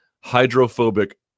hydrophobic